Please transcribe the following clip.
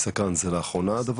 זה לאחרונה, אני סקרן, זה לאחרונה?